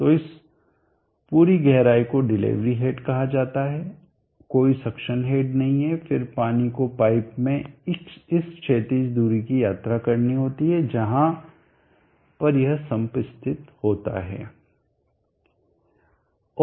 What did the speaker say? तो इस पूरी गहराई को डिलीवरी हेड कहा जाता है कोई सक्शन हेड नहीं है फिर पानी को पाइप में इस क्षैतिज दूरी की यात्रा करनी होती है जहां पर यह सम्प स्थित होता है